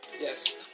yes